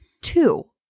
two